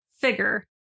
Figure